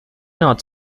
not